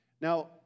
Now